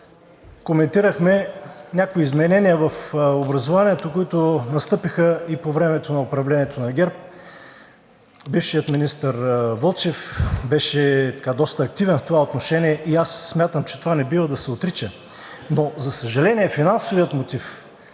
коментирахме някои изменения в образованието, които настъпиха и по времето на управлението на ГЕРБ – бившият министър Вълчев беше доста активен в това отношение, и аз смятам, че това не бива да се отрича. Но за съжаление, финансовият мотив